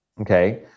Okay